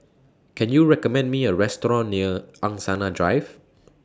Can YOU recommend Me A Restaurant near Angsana Drive